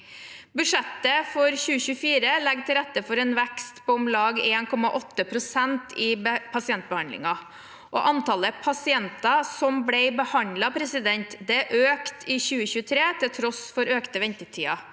Budsjettet for 2024 legger til rette for en vekst på om lag 1,8 pst. i pasientbehandlingen. Antallet pasienter som ble behandlet, økte i 2023 til tross for økte ventetider.